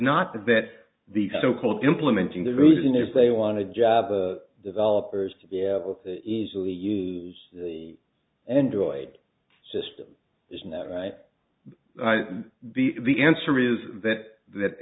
not that that the so called implementing the reason is they wanted job developers to be able to easily use the android system isn't that right b the answer is that that